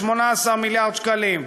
ל-18 מיליארד שקלים.